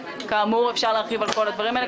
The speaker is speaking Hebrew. כאמור אפשר להרחיב על כל הדברים האלה,